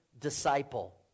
disciple